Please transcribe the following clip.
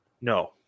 No